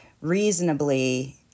reasonably